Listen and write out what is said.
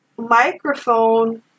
microphone